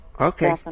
Okay